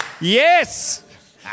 Yes